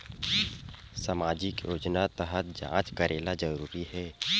सामजिक योजना तहत जांच करेला जरूरी हे